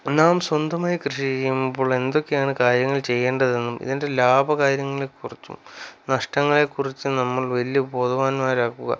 നാം സ്വന്തമായി കൃഷി ചെയ്യുമ്പോൾ എന്തൊക്കെയാണ് കാര്യങ്ങൾ ചെയ്യേണ്ടതെന്നും ഇതിൻ്റെ ലാഭ കാര്യങ്ങളെക്കുറിച്ചും നഷ്ടങ്ങളെക്കുറിച്ചും നമ്മൾ വലിയ ബോധവാന്മാരാകുക